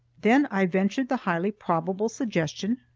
then i ventured the highly probable suggestion,